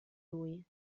lui